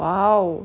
together